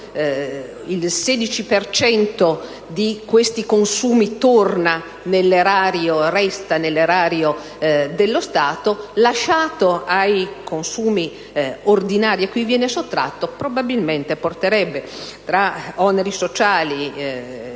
cento di questi consumi torna o resta nell'erario dello Stato, lasciato ai consumi ordinari a cui viene sottratto probabilmente porterebbe, tra oneri sociali,